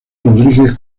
rodriguez